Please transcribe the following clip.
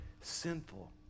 sinful